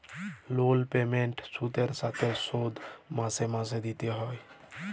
লল পেমেল্ট সুদের সাথে শোধ মাসে মাসে দিতে হ্যয়